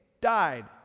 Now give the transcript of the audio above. died